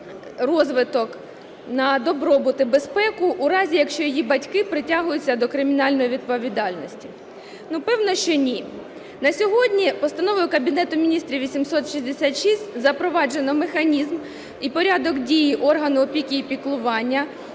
на добробут і безпеку у разі, якщо її батьки притягуються до кримінальної відповідальності? Напевно, що ні. На сьогодні Постановою Кабінетом Міністрів 866 запроваджено механізм і порядок дії органу опіки і піклування